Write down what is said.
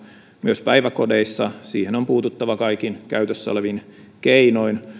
myös päiväkodeissa siihen on puututtava kaikin käytössä olevin keinoin